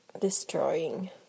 destroying